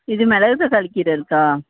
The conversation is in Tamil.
இது மிளகு தக்காளி கீரை இருக்கா